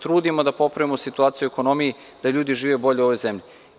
Trudimo se da popravimo situaciju u ekonomiji, da ljudi žive bolje u ovoj zemlji.